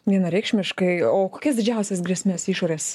vienareikšmiškai o kokias didžiausias grėsmes išorės